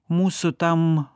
mūsų tam